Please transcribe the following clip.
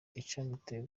icatumye